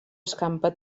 escampa